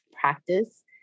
practice